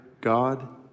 God